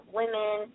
women